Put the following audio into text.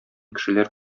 кешеләр